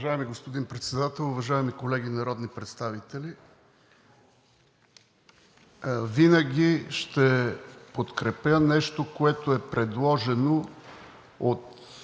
Винаги ще подкрепя нещо, което е предложено от